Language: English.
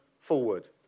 forward